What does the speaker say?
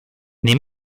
nei